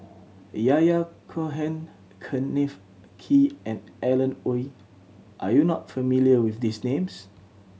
Yahya Cohen Kenneth Kee and Alan Oei are you not familiar with these names